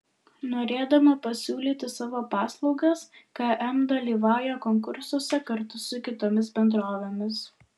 norėdama pasiūlyti savo paslaugas km dalyvauja konkursuose kartu su kitomis bendrovėmis